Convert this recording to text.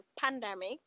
pandemic